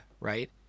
Right